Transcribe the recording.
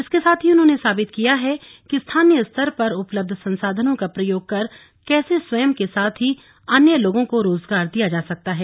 इसके साथ ही उन्होंने साबित किया है कि स्थानीय स्तर पर उपलब्ध संसाधनों का प्रयोग कर कैसे स्वयं के साथ ही अन्य लोगों को रोजगार दिया जा सकता है